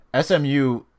SMU